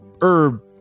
herb